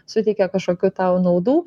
suteikia kažkokių tau naudų